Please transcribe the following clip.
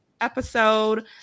episode